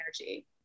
energy